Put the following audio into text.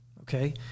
okay